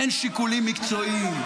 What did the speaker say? אין שיקולים מקצועיים.